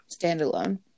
standalone